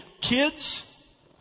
kids